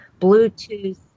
Bluetooth